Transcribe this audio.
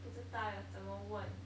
不知道要怎么问